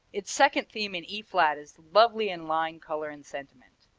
its second theme in e flat is lovely in line, color and sentiment.